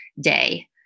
Day